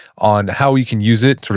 on how we can use it,